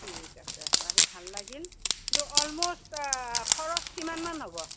ঠিক আছে বাৰু ভাল লাগিল কিন্তু অলমষ্ট খৰচ কিমানমান হ'ব